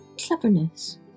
cleverness